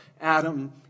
Adam